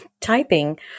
typing